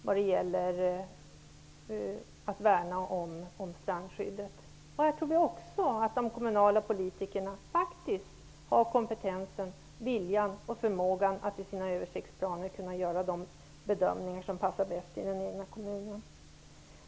Vi tror att de kommunala politikerna har kompetensen, viljan och förmågan att i sina översiktsplaner göra de bedömningar som passar bäst i den egna kommunen.